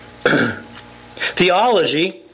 Theology